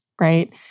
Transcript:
right